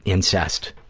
incest